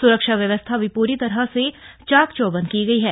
सुरक्षा व्यवस्था भी पूरी तरह से चाकचौबंद की गई है